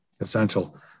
essential